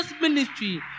ministry